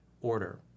order